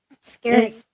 scary